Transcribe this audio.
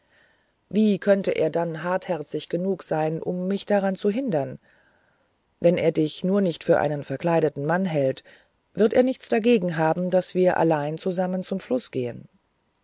wie konnte er denn hartherzig genug sein um mich daran zu hindern wenn er dich nur nicht für einen verkleideten mann hält wird er nichts dagegen haben daß wir allein zusammen zum fluß gehen